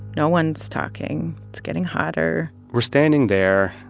no one's talking. it's getting hotter we're standing there.